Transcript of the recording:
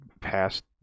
past